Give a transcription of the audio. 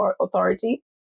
authority